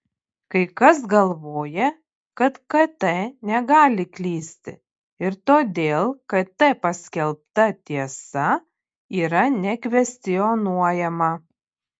kai kas galvoja kad kt negali klysti ir todėl kt paskelbta tiesa yra nekvestionuojama